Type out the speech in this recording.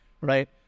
right